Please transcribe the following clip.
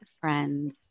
friends